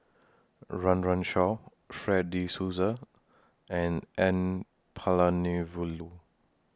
Run Run Shaw Fred De Souza and N Palanivelu